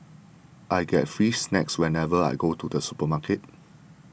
I get free snacks whenever I go to the supermarket